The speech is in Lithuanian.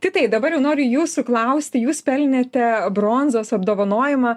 tai taip dabar jau noriu jūsų klausti jūs pelnėte bronzos apdovanojimą